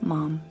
Mom